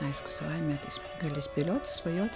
aišku savaime kas gali spėliot svajot